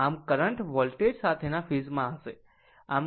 આમ current voltage સાથેના phase માં હશે